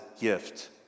gift